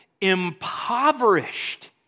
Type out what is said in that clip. impoverished